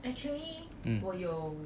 actually 我有